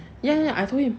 ya ya I told him